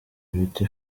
beauty